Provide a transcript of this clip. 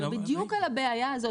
בדיוק על הבעיה הזאת,